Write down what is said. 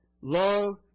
love